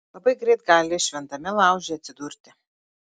labai greit gali šventame lauže atsidurti